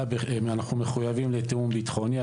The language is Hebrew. אנחנו מחויבים לתיאום ביטחוני.